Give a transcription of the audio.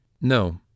No